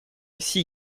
ici